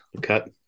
Cut